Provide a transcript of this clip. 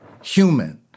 human